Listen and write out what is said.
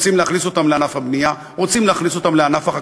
רוצים להכניס אותם לענף הבנייה,